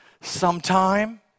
sometime